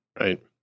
Right